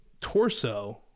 torso